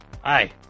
hi